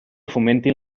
fomentin